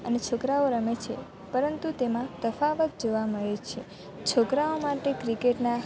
અને છોકરાઓ રમે છે પરંતુ તેમાં તફાવત જોવા મળે છે છોકરાઓ માટે ક્રિકેટના